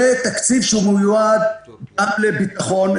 זה תקציב שמיועד גם לביטחון,